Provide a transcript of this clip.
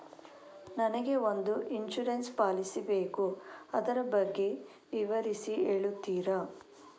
ನನಗೆ ಒಂದು insurance policy ಬೇಕು ಅದರ ಬಗ್ಗೆ ವಿವರಿಸಿ ಹೇಳುತ್ತೀರಾ?